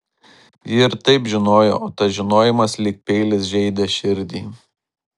ji ir taip žinojo o tas žinojimas lyg peilis žeidė širdį